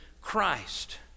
Christ